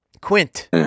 Quint